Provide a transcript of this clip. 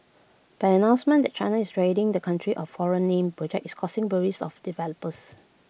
but an announcement that China is ridding the country of foreign name projects is causing worries to developers